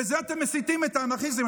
בזה אתם מסיתים את האנרכיסטים.